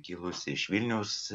kilusi iš vilniaus